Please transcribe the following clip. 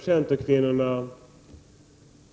Herr talman!